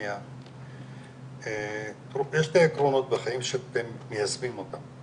למוניה יש שתי עקרונות בחיים שאתם מיישמים אותם,